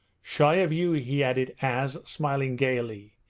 shy of you he added as, smiling gaily,